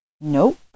Nope